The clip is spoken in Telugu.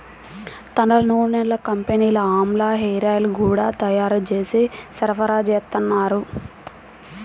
తలనూనెల కంపెనీలు ఆమ్లా హేరాయిల్స్ గూడా తయ్యారు జేసి సరఫరాచేత్తన్నారు